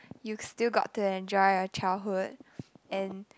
you still got to enjoy your childhood and